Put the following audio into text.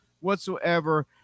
whatsoever